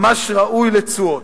ממש ראוי לתשואות,